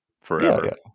forever